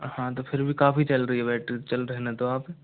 हाँ तो फिर भी काफ़ी चल रही है बैटरी चलो रहने दो आप